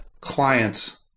clients